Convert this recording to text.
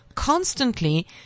constantly